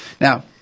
Now